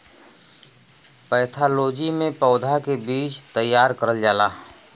pathology में पौधा के बीज तैयार करल जाला